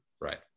Right